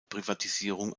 privatisierung